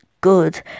good